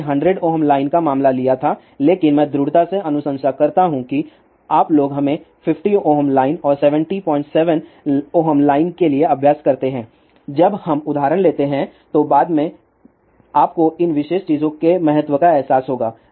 मैंने 100 Ω लाइन का मामला लिया था लेकिन मैं दृढ़ता से अनुशंसा करता हूं कि आप लोग हमें 50 Ω लाइन और 707 Ω लाइन के लिए अभ्यास करते हैं जब हम उदाहरण लेते हैं तो बाद में आपको इन विशेष चीजों के महत्व का एहसास होगा